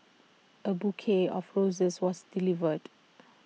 A bouquet of roses was delivered